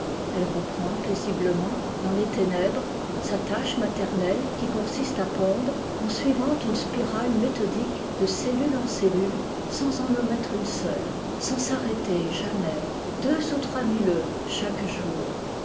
elle reprend paisiîment dans les ténèbres sa lâche maternelle qui consiste à pondre en suivant une spirale méthodique de cellule en cellule sans en omettre une seule sans s'arrêter jamais deux ou trois mille œufs chaque jour